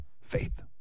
faith